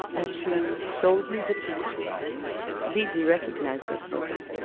and she showed me the picture lizzie recognized that photo.